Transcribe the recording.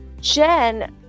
Jen